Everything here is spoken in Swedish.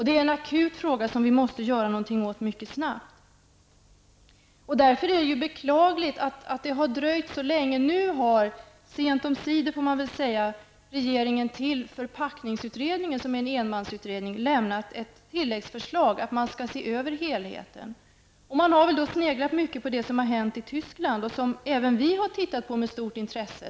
Det är en akut fråga, som vi måste göra något åt mycket snabbt. Därför är det beklagligt att det har dröjt så länge. Nu har regeringen -- sent omsider, får man väl säga -- till förpackningsutredningen, som är en enmansutredning, lämnat tilläggsdirektiv om att den skall studera helheten. Man har därvid sneglat mycket på det som hänt i Tyskland och som även vi har sett med på stort intresse.